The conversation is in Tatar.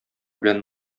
белән